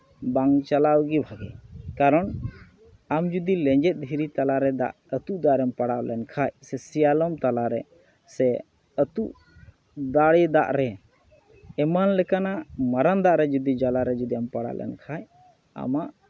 ᱵᱟᱝ ᱪᱟᱞᱟᱣ ᱜᱮ ᱵᱷᱟᱜᱮᱭᱟ ᱠᱟᱨᱚᱱ ᱟᱢ ᱡᱩᱫᱤ ᱞᱮᱸᱡᱮᱫ ᱫᱷᱤᱨᱤ ᱛᱟᱞᱟ ᱨᱮ ᱫᱟᱜ ᱟᱹᱛᱩᱜ ᱫᱟᱜ ᱨᱮᱢ ᱯᱟᱲᱟᱣ ᱞᱮᱱᱠᱷᱟᱡ ᱥᱮ ᱥᱮᱭᱟᱞᱚᱢ ᱛᱟᱞᱟᱨᱮ ᱥᱮ ᱟᱹᱛᱩᱜ ᱫᱟᱲᱮ ᱫᱟᱜ ᱨᱮ ᱮᱢᱟᱱ ᱞᱮᱠᱟᱱᱟᱜ ᱢᱟᱨᱟᱝ ᱫᱟᱜ ᱨᱮ ᱡᱩᱫᱤ ᱡᱚᱞᱟ ᱨᱮ ᱡᱩᱫᱤᱢ ᱯᱟᱲᱟᱣ ᱞᱮᱱᱠᱷᱟᱡ ᱟᱢᱟᱜ